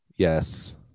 Yes